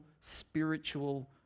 spiritual